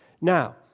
Now